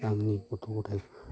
आंनि गथ' गथाइ गथ'